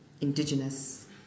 indigenous